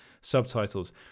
subtitles